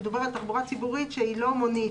מדובר על תחבורה ציבורית שהיא לא מונית,